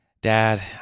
Dad